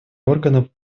органа